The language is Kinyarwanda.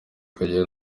kagere